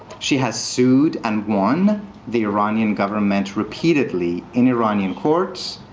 she has sued and won the iranian government repeatedly in iranian courts.